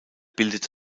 bildet